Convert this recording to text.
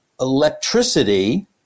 electricity